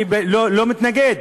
אני לא מתנגד.